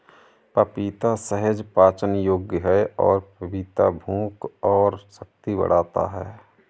पपीता सहज पाचन योग्य है और पपीता भूख और शक्ति बढ़ाता है